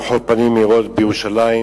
ברחוב פנים-מאירות בירושלים,